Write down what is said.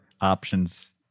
options